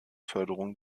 förderung